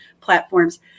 platforms